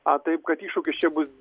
a taip kad iššūkis čia bus